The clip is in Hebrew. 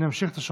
אמשיך את השעון.